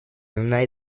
времена